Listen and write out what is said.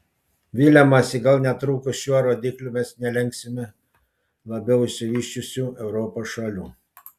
viliamasi gal netrukus šiuo rodikliu mes nelenksime labiau išsivysčiusių europos šalių